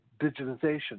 digitization